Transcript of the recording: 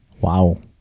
Wow